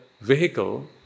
vehicle